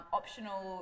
optional